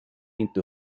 into